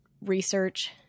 research